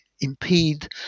impede